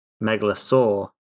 Megalosaurus